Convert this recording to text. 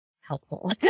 helpful